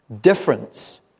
difference